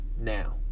now